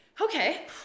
okay